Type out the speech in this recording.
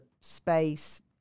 space